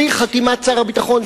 בלי חתימת שר הביטחון,